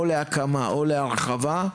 או להקמה או להרחבה,